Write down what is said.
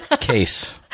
Case